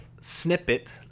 snippet